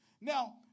Now